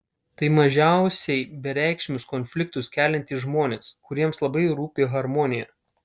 tai mažiausiai bereikšmius konfliktus keliantys žmonės kuriems labai rūpi harmonija